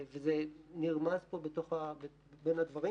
וזה נרמז פה בין הדברים